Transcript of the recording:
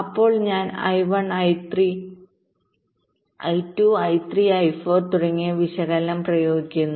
അപ്പോൾ ഞാൻ I2 I3 I4 തുടങ്ങിയവ പ്രയോഗിക്കുന്നു